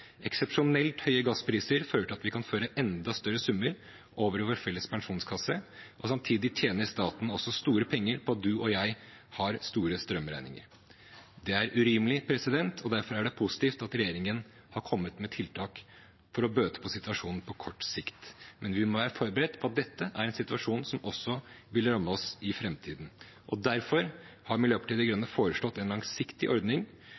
Eksepsjonelt høye gasspriser fører til at vi kan føre enda større summer over i vår felles pensjonskasse, og samtidig tjener staten også store penger på at du og jeg har store strømregninger. Det er urimelig, og derfor er det positivt at regjeringen har kommet med tiltak for å bøte på situasjonen på kort sikt, men vi må være forberedt på at dette er en situasjon som også vil ramme oss i framtiden. Derfor har Miljøpartiet De Grønne foreslått en langsiktig ordning